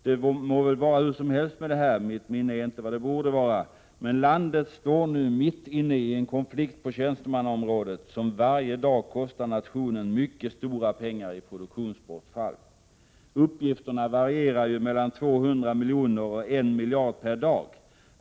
Det må väl vara hur som helst med det — mitt minne är inte vad det borde vara — men landet står nu mitt inne i en konflikt på tjänstemannaområdet som varje dag kostar nationen mycket stora pengar i produktionsbortfall. Uppgifterna varierar ju mellan 200 miljoner och en miljard per dag.